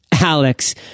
Alex